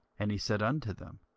and he said unto them,